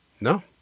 No